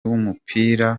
w’umupira